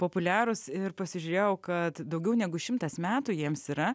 populiarūs ir pasižiūrėjau kad daugiau negu šimtas metų jiems yra